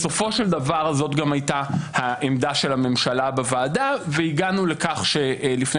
בסופו של דבר זאת גם הייתה העמדה של הממשלה בוועדה והגענו לכך שלפני